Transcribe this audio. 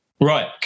Right